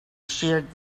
sheared